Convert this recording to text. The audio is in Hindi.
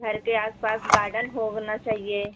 घर के आस पास गार्डन होना चाहिए